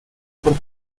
por